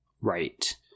right